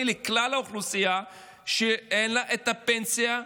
בכלל האוכלוסייה שאין לה את הפנסיה,